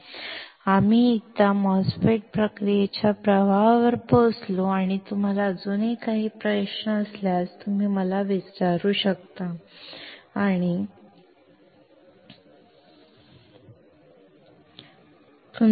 एकदा आम्ही MOSFET प्रक्रियेच्या प्रवाहावर पोहोचलो आणि तुम्हाला अजूनही काही प्रश्न असल्यास तुम्ही मला विचारू शकता किंवा TA ला विचारू शकता